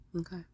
Okay